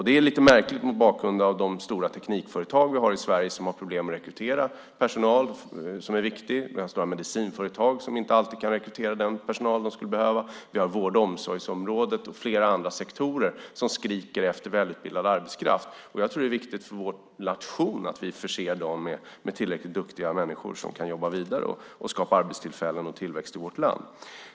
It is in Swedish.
Det är ju lite märkligt mot bakgrund av att de stora teknikföretagen i vårt land har problem med att rekrytera viktig personal. Vi har stora medicinföretag som inte alltid kan rekrytera den personal de skulle behöva. Vi har vård och omsorgsområdet och flera andra sektorer som skriker efter välutbildad arbetskraft. Jag tror att det är viktigt för vår nation att vi förser dem med tillräckligt duktiga människor som kan jobba vidare och skapa arbetstillfällen och tillväxt i vårt land.